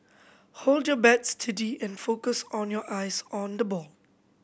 hold your bat steady and focus on your eyes on the ball